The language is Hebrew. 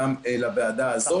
גם לוועדה הזאת,